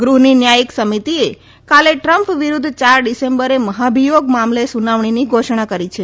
ગૃહની ન્યાયીક સમિતિએ કાલે ટ્રમ્પ વિરુદ્ધ યાર ડિસેમ્બરે મહાભિયોગ મામલે સુનાવણીની ઘોષણા કરી છે